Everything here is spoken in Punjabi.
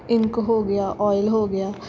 ਇੰਕ ਹੋ ਗਿਆ ਓਇਲ ਹੋ ਗਿਆ